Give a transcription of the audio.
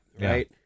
right